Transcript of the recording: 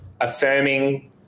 affirming